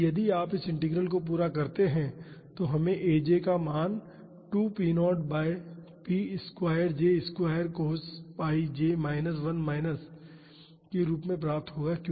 इसलिए यदि आप इस इंटीग्रल को पूरा करते हैं तो हमें aj का मान 2 p0 by p square j square cos pi j minus 1 के रूप में प्राप्त होगा